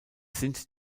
sind